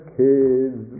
kids